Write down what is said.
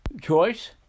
choice